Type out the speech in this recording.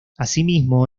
asimismo